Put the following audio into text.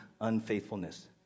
unfaithfulness